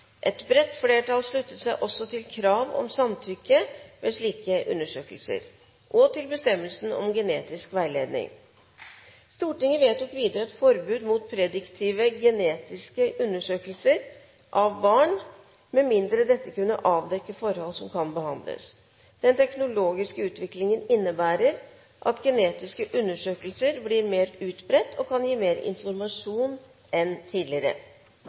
Et bredt flertall sluttet seg også til kravet om samtykke ved slike undersøkelser og til bestemmelsene om genetisk veiledning. Stortinget vedtok et forbud mot prediktive genetiske undersøkelser av barn, med mindre dette kunne avdekke forhold som kan behandles eller være til nytte for barnet. Vi vet at enkelte har tatt til orde for å oppheve reguleringen av genetiske undersøkelser